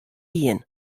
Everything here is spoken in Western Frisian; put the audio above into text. dien